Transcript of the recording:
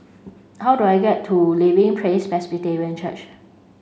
how do I get to Living Praise Presbyterian Church